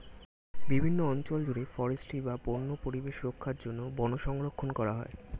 বিভিন্ন অঞ্চল জুড়ে ফরেস্ট্রি বা বন্য পরিবেশ রক্ষার জন্য বন সংরক্ষণ করা হয়